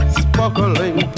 sparkling